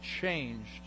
changed